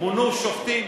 מונו שופטים.